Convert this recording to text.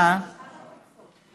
מה עם